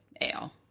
ale